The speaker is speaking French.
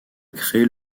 créer